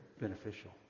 beneficial